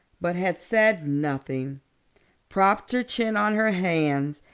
but had said nothing propped her chin on her hands,